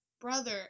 Brother